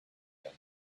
them